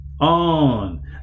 on